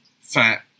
fat